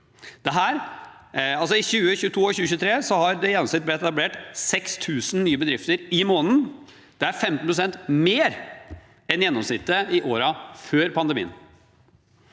I 2022 og 2023 har det i gjennomsnitt blitt etablert 6 000 nye bedrifter i måneden. Det er 15 pst. mer enn gjennomsnittet i årene før pandemien.